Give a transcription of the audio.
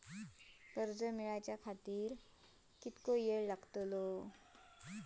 कर्ज मेलाच्या खातिर कीतको वेळ लागतलो?